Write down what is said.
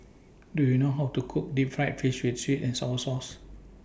Do YOU know How to Cook Deep Fried Fish with Sweet and Sour Sauce